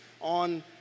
on